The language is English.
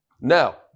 Now